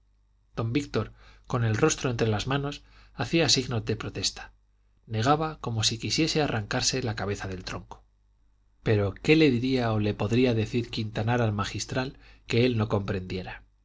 don víctor con el rostro entre las manos hacía signos de protesta negaba como si quisiese arrancarse la cabeza del tronco pero qué le diría o le podría decir quintanar al magistral que él no comprendiera